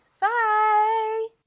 Bye